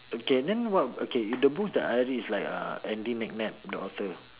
okay then what okay the books that I read is like uh andy-mcnab the author